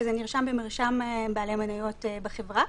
וזה נרשם במרשם בעלי מניות בחברה.